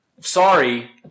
Sorry